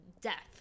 death